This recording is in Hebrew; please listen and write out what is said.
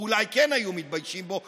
או אולי כן היו מתביישים בו,